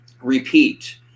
repeat